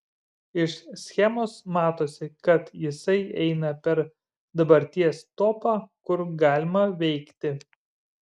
iš schemos matosi kad jisai eina per dabarties topą kur galima veikti